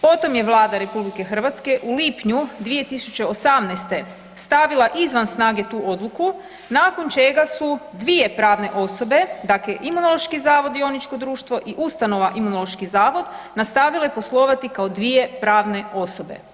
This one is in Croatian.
Potom je Vlada RH u lipnju 2018. stavila izvan snage tu odluku nakon čega su dvije pravne osobe, dakle Imunološki zavod d.d. i ustanova Imunološki zavod nastavile poslovati kao dvije pravne osobe.